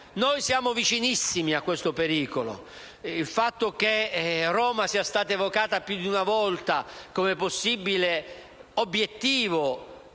Noi siamo vicinissimi a questo pericolo. Il fatto che Roma sia stata evocata più di una volta come possibile obiettivo